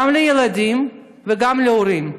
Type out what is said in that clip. גם לילדים וגם להורים,